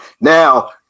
Now